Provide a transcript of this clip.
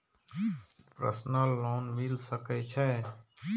Personal loan मिल सके छे?